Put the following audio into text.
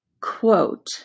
quote